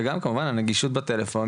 וגם כמובן הנגישות בטלפון,